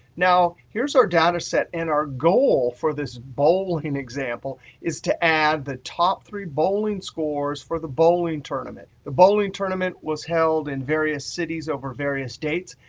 now, here's our data set. and our goal for this bowling example is to add the top three bowling scores for the bowling tournament. the bowling tournament was held in various cities over various dates.